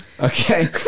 Okay